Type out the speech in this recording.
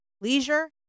leisure